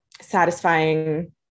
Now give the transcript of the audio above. satisfying